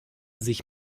sich